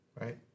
right